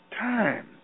time